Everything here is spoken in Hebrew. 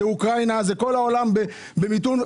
זה אוקראינה וכל העולם במיתון.